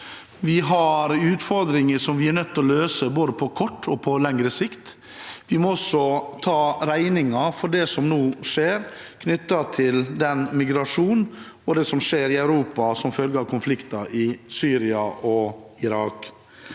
vi har utfordringer som vi er nødt til å løse både på kortere og på lengre sikt. Vi må også ta regningen for det som nå skjer knyttet til migrasjonen – og det som skjer i Europa – som følge av konflikten i Syria og Irak.